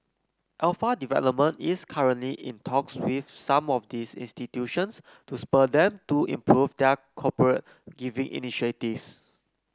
Alpha Development is currently in talks with some of these institutions to spur them to improve their corporate giving initiatives